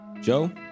Joe